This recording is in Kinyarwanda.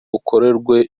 ukorerwe